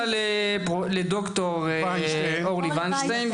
הוא יצא לד"ר אורלי וינשטיין,